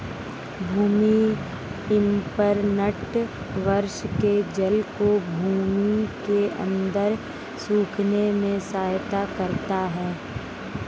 भूमि imprinter वर्षा के जल को भूमि के अंदर सोखने में सहायता करता है